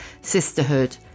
sisterhood